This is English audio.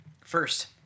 First